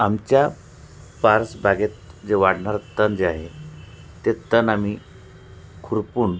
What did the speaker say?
आमच्या परसबागेत जे वाढणारं तण जे आहे ते तण आम्ही खुरपुन